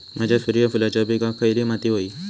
माझ्या सूर्यफुलाच्या पिकाक खयली माती व्हयी?